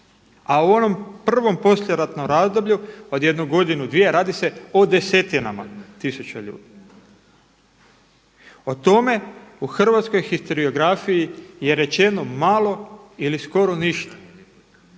a u onom prvom poslijeratnom razdoblju od jednu godinu, dvije, radi se o desetinama tisuća ljudi, o tome u hrvatskoj historiografiji je rečeno malo ili skoro ništa.